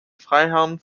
freiherrn